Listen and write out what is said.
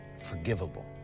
forgivable